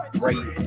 great